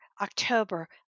October